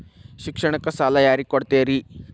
ಶಿಕ್ಷಣಕ್ಕ ಸಾಲ ಯಾರಿಗೆ ಕೊಡ್ತೇರಿ?